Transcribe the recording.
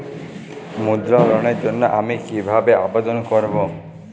মুদ্রা লোনের জন্য আমি কিভাবে আবেদন করবো?